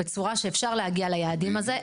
בצורה שתאפשר להגיע ליעדים האלה.